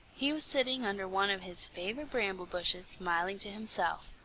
he was sitting under one of his favorite bramble-bushes smiling to himself.